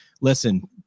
Listen